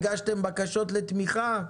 הגשתם בקשות לתמיכה?